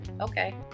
Okay